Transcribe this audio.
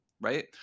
right